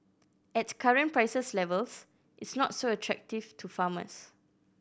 at current prices levels it's not so attractive to farmers